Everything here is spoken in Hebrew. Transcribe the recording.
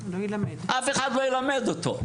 אף אחד לא ילמד אותו.